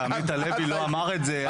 שעמית הלוי לא אמר את זה,